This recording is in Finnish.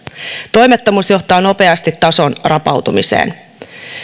toimettomuus johtaa nopeasti tason rapautumiseen